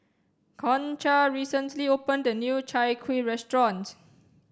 concha recently opened a new chai kuih restaurant